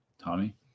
Tommy